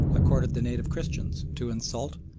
accorded the native christians to insult,